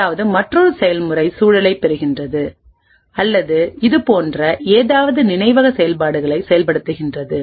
அதாவது மற்றொரு செயல்முறை சூழலைப் பெறுகிறது அல்லது இது போன்ற ஏதாவது நினைவக செயல்பாடுகளைச் செயல்படுத்துகிறது